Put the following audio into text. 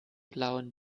blauen